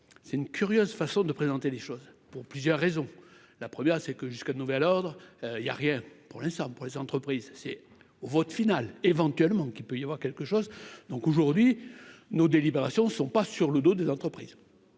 c'est une curieuse façon de présenter les choses, pour plusieurs raisons : la première c'est que jusqu'à nouvel ordre, il y a rien pour l'instant, pour les entreprises, c'est au vote final éventuellement qu'il peut y avoir quelque chose, donc aujourd'hui nos délibérations ne sont pas sur le dos des entreprises